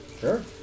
Sure